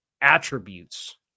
attributes